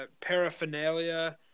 paraphernalia